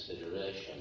consideration